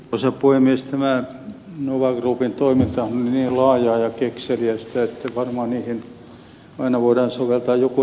tämä nova groupin toiminta on niin laajaa ja kekseliästä että varmaan siihen aina voidaan soveltaa jotain rikoslain pykälää